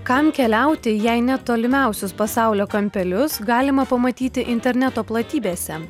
kam keliauti jei net tolimiausius pasaulio kampelius galima pamatyti interneto platybėse